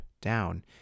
down